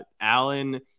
Allen